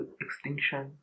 extinction